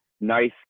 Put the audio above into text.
nice